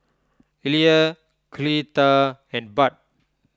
Illya Cleta and Bud